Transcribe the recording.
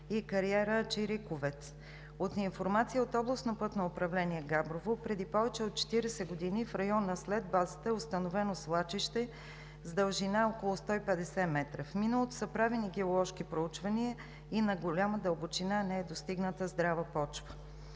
и кариера „Чириковец“. От информация от Областно пътно управление – Габрово, преди повече от 40 години в района след базата е установено свлачище с дължина около 150 м. В миналото са правени геоложки проучвания и на голяма дълбочина не е достигната здрава почва.